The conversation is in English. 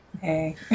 Hey